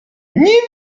nie